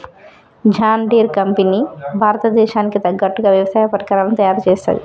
John Deere company భారత దేశానికి తగ్గట్టుగా వ్యవసాయ పరికరాలను తయారుచేస్తది